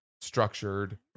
structured